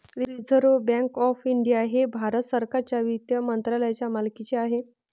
reserve bank of India हे भारत सरकारच्या वित्त मंत्रालयाच्या मालकीचे आहे